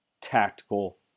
tactical